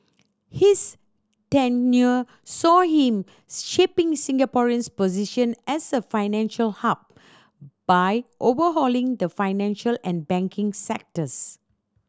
his tenure saw him shaping Singaporeans position as a financial hub by overhauling the financial and banking sectors